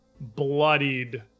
bloodied